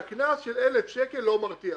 שהקנס של 1,000 שקל לא מרתיע.